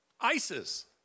ISIS